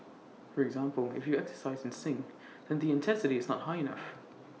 for example if you exercise and sing then the intensity is not high enough